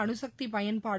அணுசக்தி பயன்பாடு